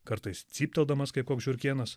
kartais cypteldamas kaip koks žiurkėnas